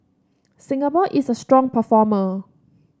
Singapore is a strong performer